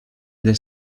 del